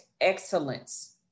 excellence